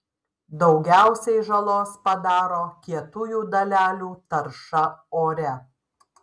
daugiausiai žalos padaro kietųjų dalelių tarša ore